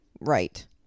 right